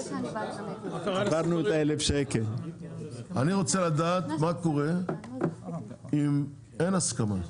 שר החקלאות יש לו אחריות על החקלאות,